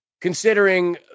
considering